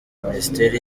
minisiteri